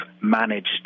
managed